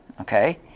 Okay